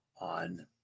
on